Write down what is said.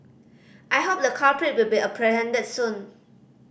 I hope the culprit will be apprehended soon